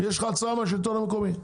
יש לך הצעה מהשלטון המקומי,